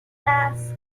las